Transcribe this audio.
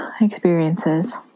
experiences